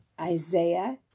Isaiah